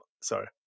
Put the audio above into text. sorry